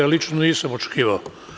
Lično nisam očekivao.